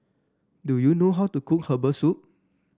do you know how to cook Herbal Soup